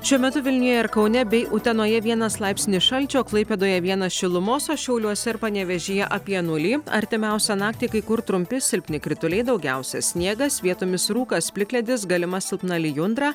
šiuo metu vilniuje ir kaune bei utenoje vienas laipsnis šalčio klaipėdoje vienas šilumos o šiauliuose ir panevėžyje apie nulį artimiausią naktį kai kur trumpi silpni krituliai daugiausia sniegas vietomis rūkas plikledis galima silpna lijundra